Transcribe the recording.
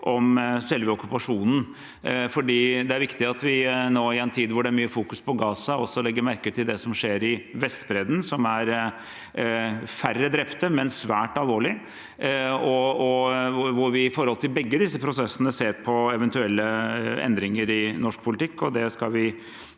om selve okkupasjonen. Det er viktig at vi nå i en tid hvor det er mye fokusering på Gaza, også legger merke til det som skjer på Vestbredden, der det er færre drepte, men svært alvorlig. I begge disse prosessene ser vi på eventuelle endringer i norsk politikk. Jeg gjentar at vi